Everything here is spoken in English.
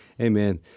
amen